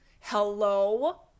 Hello